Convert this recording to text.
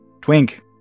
Twink